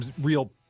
real